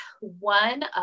one